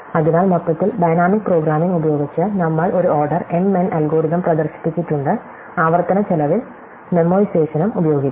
അതിനാൽ മൊത്തത്തിൽ dynamic programming ഉപയോഗിച്ച് നമ്മൾ ഒരു ഓർഡർ m n അൽഗോരിതം പ്രദർശിപ്പിച്ചിട്ടുണ്ട് ആവർത്തനച്ചെലവിൽ മെമ്മോയിസേഷനും ഉപയോഗിക്കാം